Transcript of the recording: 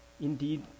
indeed